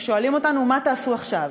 ששואלים אותנו: מה תעשו עכשיו?